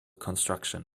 construction